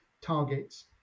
targets